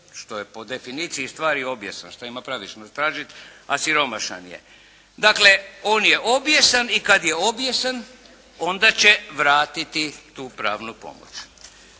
što je po definiciji stvari obijesan. Što ima pravičnost tražiti a siromašan je. Dakle on je obijesan i kad je obijesan onda će vratiti tu pravnu pomoć.